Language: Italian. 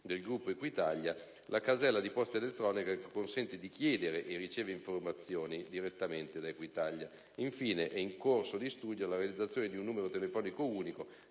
del gruppo Equitalia, la casella di posta elettronica che consente di chiedere e ricevere direttamente informazioni. Infine, è in corso di studio la realizzazione di un numero telefonico unico,